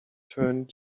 turned